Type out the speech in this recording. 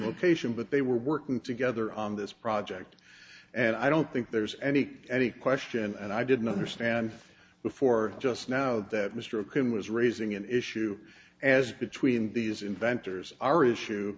location but they were working together on this project and i don't think there's any any question and i didn't understand before just now that mr quinn was raising an issue as between these inventors our issue